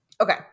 Okay